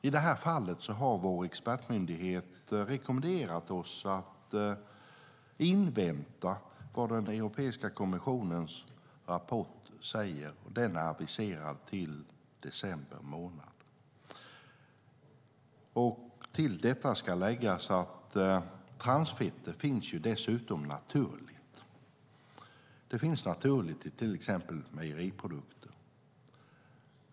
I det här fallet har vår expertmyndighet rekommenderat oss att invänta vad Europeiska kommissionens rapport säger. Den är aviserad till december månad. Till detta ska läggas att transfetter dessutom finns naturligt. Det finns naturligt i till exempel mejeriprodukter.